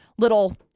little